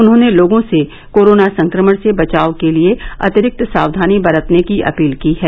उन्होंने लोगों से कोरोना संक्रमण से बचाव के लिये अतिरिक्त साक्यानी बरतने की अपील की है